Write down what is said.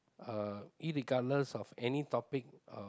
uh irregardless of any topic uh